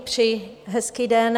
Přeji hezký den.